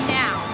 now